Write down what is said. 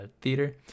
Theater